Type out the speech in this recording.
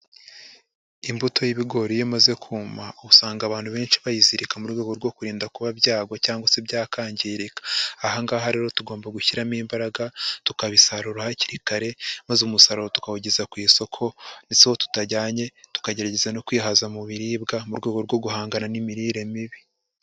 Imbuto y'ibigori iyo imaze kuma usanga abantu benshi bayizirika mu rwego rwo kurinda kuba byagwa cyangwa se byakangirika. Aha ngaha rero tugomba gushyiramo imbaraga tukabisarura hakiri kare, maze umusaruro tukawugeza ku isoko ndetse tutajyanye tukagerageza no kwihaza mu biribwa mu rwego rwo guhangana n'imirire mibi.